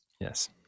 yes